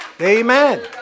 amen